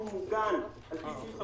שהוא מוגן על ידי סעיף 54א,